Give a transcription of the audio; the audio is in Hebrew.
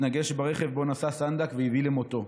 התנגש ברכב שבו נסע סנדק והביא למותו.